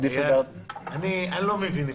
אני לא מבין עברית.